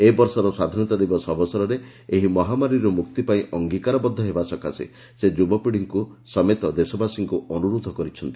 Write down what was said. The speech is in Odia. ଏବର୍ଷର ସ୍ୱାଧୀନତା ଦିବସ ଅବସରରେ ଏହି ମହାମାରୀରୁ ମୁକ୍ତି ପାଇଁ ଅଙ୍ଗୀକାରବଦ୍ଧ ହେବା ସକାଶେ ସେ ଯୁବାପିତ୍କିଙ୍କ ସମେତ ଦେଶବାସୀଙ୍କୁ ଅନୁରୋଧ କରିଛନ୍ତି